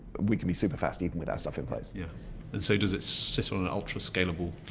we can be super fast even with our stuff in place. yeah and so does it sit on an ultra scalable